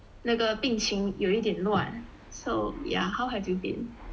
那个病情有一点乱 so yeah how have you been